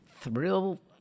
thrill